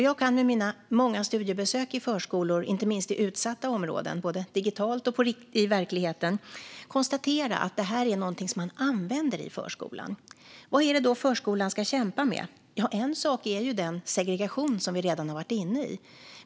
Jag kan efter mina många studiebesök i förskolor, inte minst i utsatta områden, både digitalt och i verkligheten konstatera att det här är någonting som man använder i förskolan. Vad är det då förskolan ska kämpa med? En sak är den segregation som vi redan har varit inne på.